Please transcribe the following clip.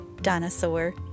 dinosaur